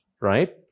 right